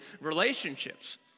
relationships